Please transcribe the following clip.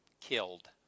killed